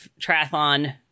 triathlon